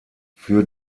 für